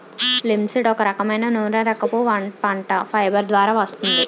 linseed ఒక రకమైన నూనెరకపు పంట, ఫైబర్ ద్వారా వస్తుంది